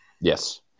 Yes